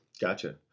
Gotcha